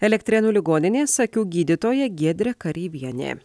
elektrėnų ligoninės akių gydytoja giedrė kareivienė